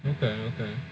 okay okay